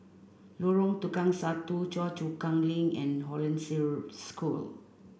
Lorong Tukang Satu Choa Chu Kang Link and Hollandse Road School